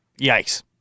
Yikes